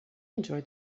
enjoyed